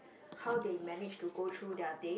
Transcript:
how they manage to go through their day